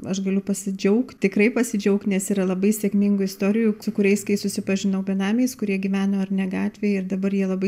aš galiu pasidžiaugt tikrai pasidžiaugt nes yra labai sėkmingų istorijų su kuriais kai susipažinau benamiais kurie gyveno ar ne gatvėj ir dabar jie labai